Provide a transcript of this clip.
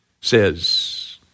says